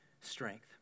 strength